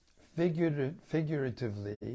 Figuratively